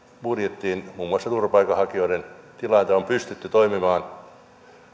budjettiin muun muassa turvapaikanhakijoiden tilanne ja on pystytty toimimaan